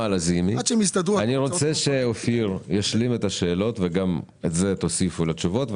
אני רוצה שאופיר ישלים את השאלות וגם את זה תוסיפו לתשובות.